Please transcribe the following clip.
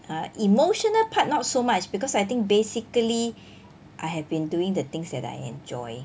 err emotional part not so much because I think basically I have been doing the things that I enjoy